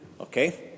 okay